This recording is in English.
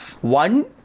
one